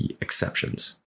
exceptions